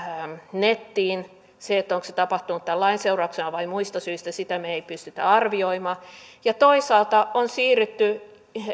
nettiin sitä onko se tapahtunut tämän lain seurauksena vai muista syistä me emme pysty arvioimaan ja toisaalta on siirrytty